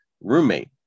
roommate